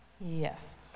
Yes